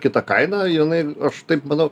kita kaina jinai aš taip manau